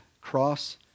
cross